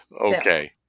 okay